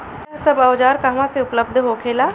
यह सब औजार कहवा से उपलब्ध होखेला?